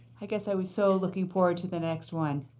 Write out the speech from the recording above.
i guess i was so looking forward to the next one.